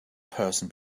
person